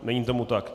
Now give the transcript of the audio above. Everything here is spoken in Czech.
Není tomu tak.